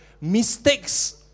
mistakes